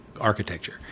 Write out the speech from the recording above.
architecture